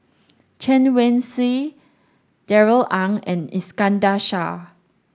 Chen Wen Hsi Darrell Ang and Iskandar Shah